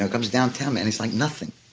and comes down him and it's like nothing.